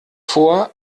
vor